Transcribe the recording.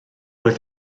oedd